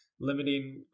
limiting